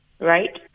right